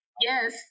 Yes